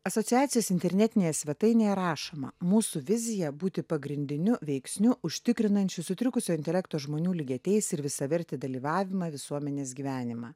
asociacijos internetinėje svetainėje rašoma mūsų vizija būti pagrindiniu veiksniu užtikrinančiu sutrikusio intelekto žmonių lygiateisį ir visavertį dalyvavimą visuomenės gyvenimą